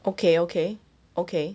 okay okay okay